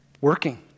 Working